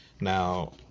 Now